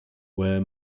where